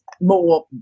more